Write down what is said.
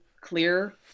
clear